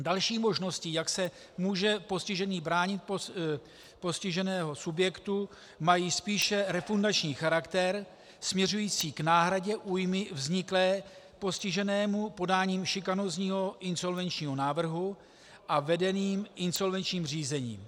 Další možností, jak se může postižený bránit postiženého subjektu (?), mají spíše refundační charakter směřující k náhradě újmy vzniklé postiženému podáním šikanózního insolvenčního návrhu a vedeným insolvenčním řízením.